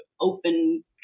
open